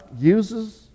uses